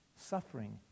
Suffering